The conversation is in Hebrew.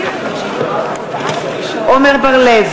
עמר בר-לב,